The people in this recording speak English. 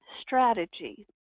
strategy